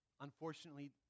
unfortunately